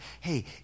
hey